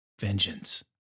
Vengeance